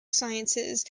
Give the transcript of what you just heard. sciences